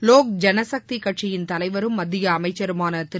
லோக் ஜனசக்தி கட்சியின் தலைவரும் மத்திய அமைச்சருமான திரு